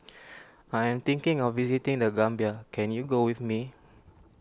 I am thinking of visiting the Gambia can you go with me